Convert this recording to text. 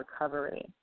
recovery